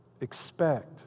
expect